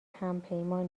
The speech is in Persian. همپیمان